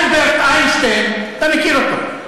אלברט איינשטיין, אתה מכיר אותו,